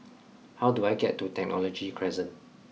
how do I get to Technology Crescent